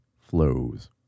flows